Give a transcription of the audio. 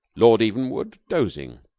lord evenwood dozing,